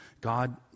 God